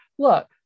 Look